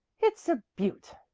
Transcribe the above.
it's a beaut,